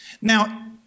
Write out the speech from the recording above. Now